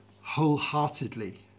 wholeheartedly